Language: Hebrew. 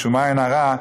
משום עין הרע,